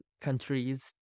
countries